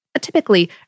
Typically